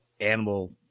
animal